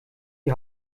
die